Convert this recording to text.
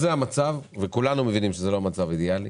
המצב וכולנו מבינים שזה לא מצב אידיאלי